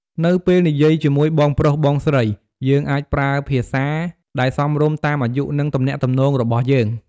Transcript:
នៅពេលនិយាយជាមួយ បងប្រុស បងស្រី យើងអាចប្រើភាសាដែលសមរម្យតាមអាយុ និងទំនាក់ទំនងរបស់យើង។